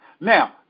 Now